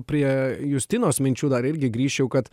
prie justinos minčių dar irgi grįščiau kad